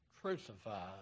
crucified